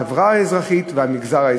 החברה האזרחית והמגזר העסקי.